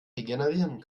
regenerieren